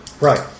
Right